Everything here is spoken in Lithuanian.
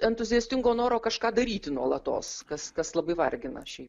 entuziastingo noro kažką daryti nuolatos kas kas labai vargina šiaip